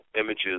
images